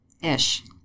Ish